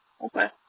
Okay